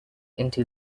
into